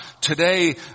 Today